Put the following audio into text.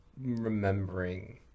remembering